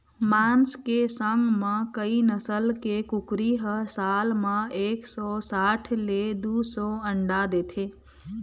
मांस के संग म कइ नसल के कुकरी ह साल म एक सौ साठ ले दू सौ अंडा देथे